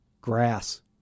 grass